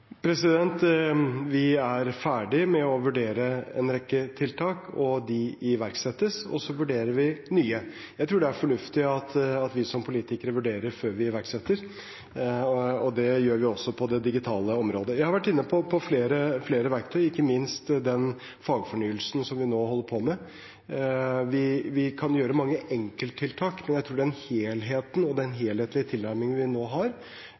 Vi er ferdig med å vurdere en rekke tiltak, de iverksettes, og så vurderer vi nye. Jeg tror det er fornuftig at vi som politikere vurderer før vi iverksetter, og det gjør vi også på det digitale området. Jeg har vært inne på flere verktøy, ikke minst den fagfornyelsen som vi nå holder på med. Vi kan gjøre mange enkelttiltak, men jeg tror at med den helheten og den helhetlige tilnærmingen vi nå har